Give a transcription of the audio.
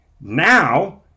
Now